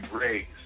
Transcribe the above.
raised